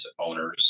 owners